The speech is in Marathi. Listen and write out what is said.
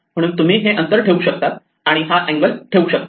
म्हणून तुम्ही हे अंतर ठेवू शकतात आणि हा अँगल ठेवू शकतात